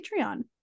Patreon